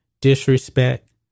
Disrespect